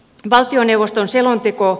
valtioneuvoston selonteko